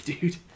dude